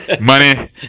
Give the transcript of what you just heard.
Money